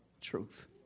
truth